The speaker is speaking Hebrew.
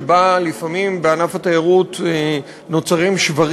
שבה לפעמים בענף התיירות נוצרים שברים